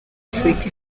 afurika